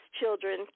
children